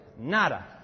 Nada